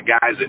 guys